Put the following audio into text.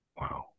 Wow